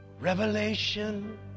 revelation